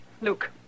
Luke